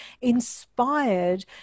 Inspired